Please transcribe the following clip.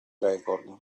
record